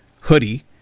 hoodie